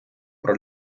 про